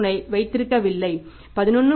3 ஐ வைத்திருக்கவில்லை 11